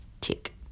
tick